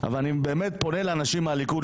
אבל אני באמת פונה לאנשים מהליכוד,